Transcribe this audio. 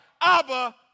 Abba